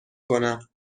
کنم